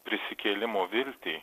prisikėlimo viltį